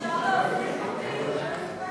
מאותו סוג הנמכר במקום),